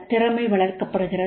திறமை வளர்க்கப்படுகிறது